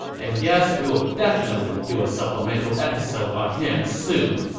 and yes, we will definitely do a supplemental episode on him soon.